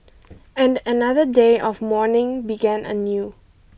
and another day of mourning began anew